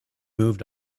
moved